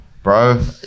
Bro